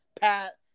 Pat